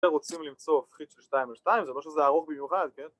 אתם רוצים למצוא פריט של שתיים ושתיים זה פשוט זה ארוך במיוחד כן